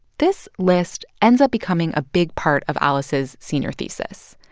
this list ends up becoming a big part of alice's senior thesis,